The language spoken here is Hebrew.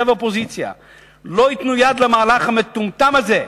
ומהאופוזיציה לא ייתנו יד למהלך המטומטם הזה.